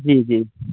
جی جی